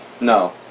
No